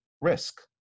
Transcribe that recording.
risk